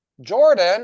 Jordan